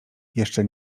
jeszcze